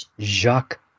Jacques